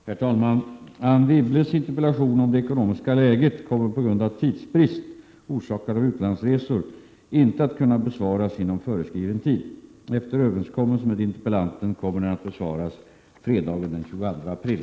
Herr talman! Anne Wibbles interpellation om det ekonomiska läget kommer på grund av tidsbrist orsakad av utlandsresor inte att kunna besvaras inom föreskriven tid. Enligt överenskommelse med interpellanten kommer den att besvaras fredagen den 22 april.